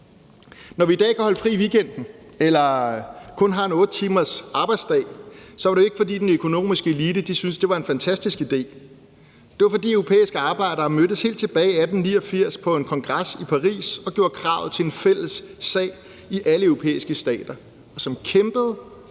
Når vi i dag kan holde fri i weekenden eller kun har en 8 timers arbejdsdag, er det jo ikke, fordi den økonomiske elite syntes, at det var en fantastisk idé. Det er, fordi europæiske arbejdere mødtes helt tilbage i 1889 på en kongres i Paris og gjorde kravet til en fælles sag i alle europæiske stater og kæmpede